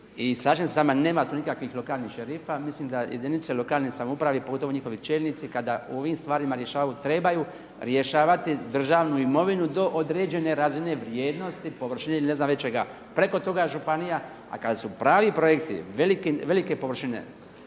i slažem se s vama nema tu nikakvih lokalnih šerifa, mislim da jedinice lokalne samouprave i pogotovo njihovi čelnici kada u ovim stvarima rješavaju trebaju rješavati državnu imovinu do određene razine vrijednosti površine ili ne znam već čega. Preko toga županija a kada su pravi projekti velike površine,